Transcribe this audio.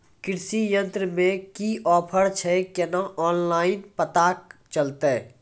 कृषि यंत्र मे की ऑफर छै केना ऑनलाइन पता चलतै?